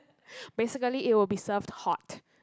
basically it will be served hot